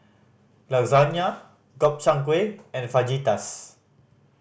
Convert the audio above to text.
Lasagne Gobchang Gui and Fajitas